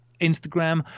Instagram